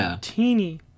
teeny